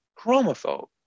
chromophobe